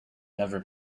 never